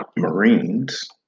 Marines